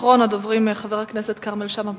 אחרון הדוברים, חבר הכנסת כרמל שאמה,